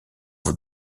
vous